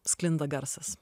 sklinda garsas